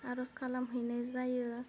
आर'ज खालामहैनाय जायो